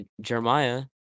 Jeremiah